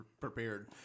prepared